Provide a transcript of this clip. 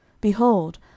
Behold